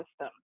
system